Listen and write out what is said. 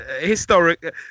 historic